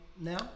now